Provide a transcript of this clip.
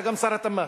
אתה גם שר התמ"ת,